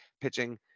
pitching